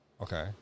Okay